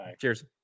cheers